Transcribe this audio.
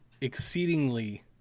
exceedingly